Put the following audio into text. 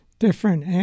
different